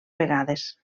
vegades